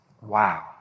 Wow